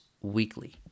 weekly